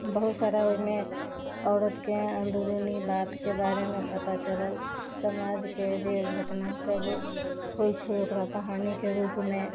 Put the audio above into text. बहुत सारा ओहिमे औरतके अंदरूनी बातके बारेमे पता चलल समाजके जे घटना सब होइत छै ओकरा कहानीके रूपमे